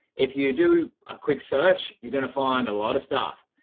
if you do a quick search, you're going to find a lot of stuff.